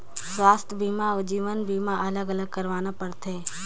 स्वास्थ बीमा अउ जीवन बीमा अलग अलग करवाना पड़थे?